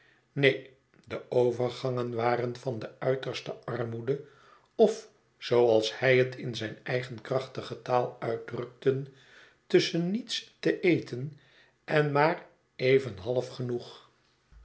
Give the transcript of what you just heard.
neen de overgangen waren van de uiterste armoede of zooals hij het in zijn eigen krachtige taal uitdrukte tusschen niets te eten en maar even half genoeg